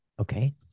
Okay